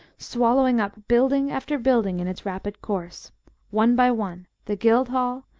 swallowing up building after building in its rapid course one by one the guildhall,